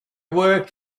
worked